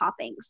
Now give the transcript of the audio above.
toppings